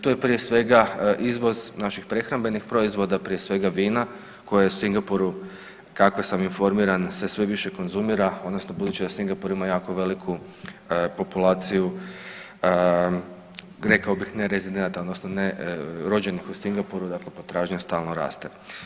Tu je prije svega, izvoz naših prehrambenih proizvoda, prije svega vina koja u Singapuru, kako sam informiran, se sve više konzumira, odnosno budući da Singapur ima jako veliku populaciju, kao bih nerezidenata, odnosno nerođenih u Singapuru, dakle potražnja stalno raste.